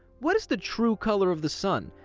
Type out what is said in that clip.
what is the true color of the sun?